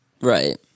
Right